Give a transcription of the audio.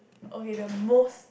okay the most